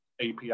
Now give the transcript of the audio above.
API